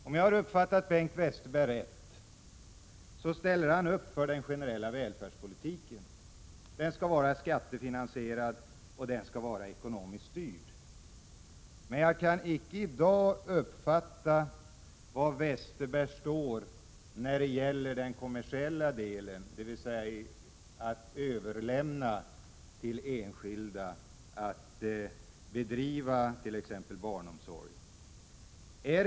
Om jag har uppfattat Bengt Westerberg rätt ställer han upp på den generella välfärdspolitiken. Den skall vara skattefinansierad och ekonomiskt styrd. Men jag kan icke i dag uppfatta var Bengt Westerberg står när det gäller den kommersiella delen, dvs. frågan om att överlämna till enskilda att bedriva t.ex. barnomsorg.